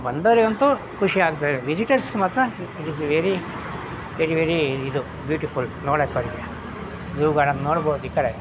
ಬಂದವರಿಗಂತೂ ಖುಷಿ ಆಗ್ತದೆ ವಿಸಿಟರ್ಸ್ಗೆ ಮಾತ್ರ it is very very very ಇದು ಬ್ಯೂಟಿಫುಲ್ ನೋಡೋಕ್ಕಲ್ಲಿ ಝೂಗಳನ್ನ ನೋಡ್ಬೋದು ಈ ಕಡೆ